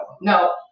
No